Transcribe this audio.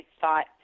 thought